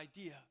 idea